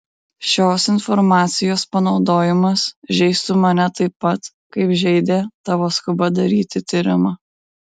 šios informacijos panaudojimas žeistų mane taip pat kaip žeidė tavo skuba daryti tyrimą